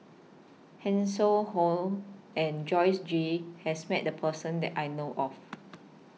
Hanson Ho and Joyce Jue has Met The Person that I know of